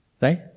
Right